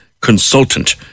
consultant